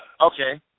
Okay